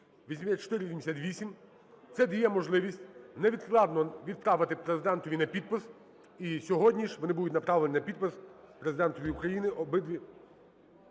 8488. Це дає можливість невідкладно відправити Президентові на підпис. І сьогодні ж вони будуть направлені на підпис Президентові України обидві…